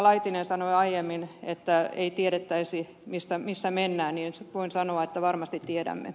laitinen sanoi aiemmin että ei tiedettäisi missä mennään voin sanoa että varmasti tiedämme